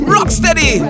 Rocksteady